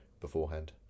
beforehand